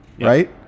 right